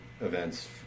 events